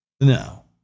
no